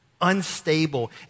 unstable